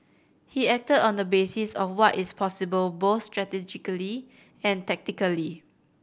he acted on the basis of what is possible both strategically and tactically